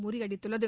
முறியடித்துள்ளது